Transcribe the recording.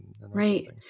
Right